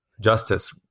justice